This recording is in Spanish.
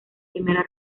primera